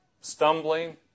stumbling